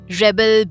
rebel